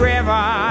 River